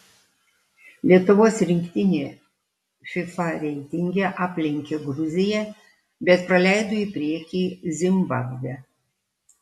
lietuvos rinktinė fifa reitinge aplenkė gruziją bet praleido į priekį zimbabvę